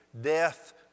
death